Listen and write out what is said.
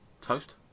toast